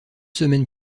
semaines